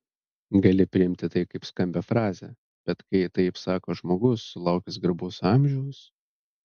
gali priimti tai kaip skambią frazę bet kai taip sako žmogus sulaukęs garbaus amžiaus